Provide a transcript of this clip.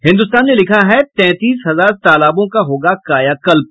हिन्दुस्तान ने लिखा है तैंतीस हजार तालाबों का होगा कायाकल्प